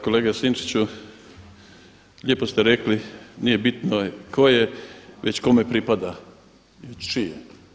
Kolega Sinčiću, lijepo ste rekli nije bitno tko je već kome pripada i čije.